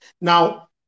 now